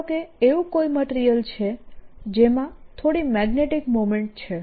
ધારો કે એવું કોઈ મટીરીયલ છે જેમાં થોડી મેગ્નેટીક મોમેન્ટ છે